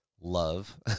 love